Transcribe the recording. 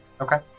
Okay